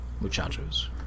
Muchachos